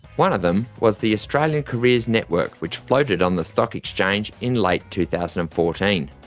one of them was the australian careers network which floated on the stock exchange in late two thousand and fourteen.